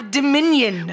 dominion